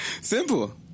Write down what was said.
Simple